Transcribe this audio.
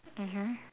mmhmm